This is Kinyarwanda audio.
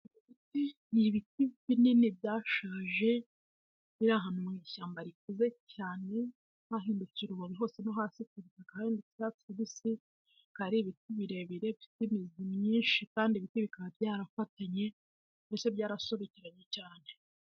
Ni ibiti binini byashaje biri ahantu mu ishyamba rikuze cyane, hahindutse urubobi hose no hasi kubutaka byabaye icyatsi kibisi. Bikaba ari ibiti birebire biriho imizi myinshi kandi bikaba byarafatanye mbese byarasobekeranye cyane.